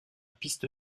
piste